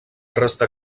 restar